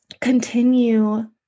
continue